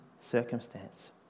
circumstance